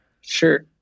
Sure